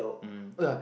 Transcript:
um oh ya